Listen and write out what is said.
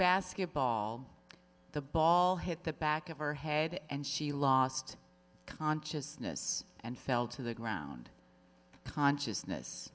basketball the ball hit the back of her head and she lost consciousness and fell to the ground consciousness